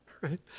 Right